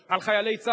על חיילי צה"ל,